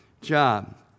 job